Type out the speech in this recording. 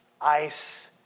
Ice